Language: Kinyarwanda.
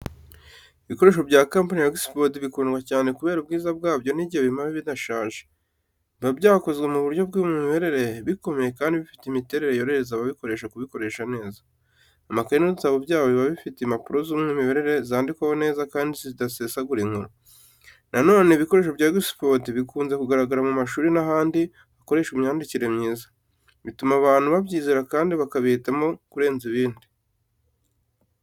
Ibikoresho bya kampani ya Oxford bikundwa cyane kubera ubwiza bwabyo n’igihe bimara bidashaje. Biba byakozwe mu buryo bw’umwimerere, bikomeye kandi bifite imiterere yorohereza ababikoresha kubikoresha neza. Amakayi n’udutabo byabo biba bifite impapuro z’umwimerere, zandikwaho neza kandi zidasesagura inkuru. Na none, ibikoresho bya Oxford bikunze kugaragara mu mashuri n’ahandi hakoreshwa imyandikire myiza, bituma abantu babyizera kandi bakabihitamo kurenza ibindi.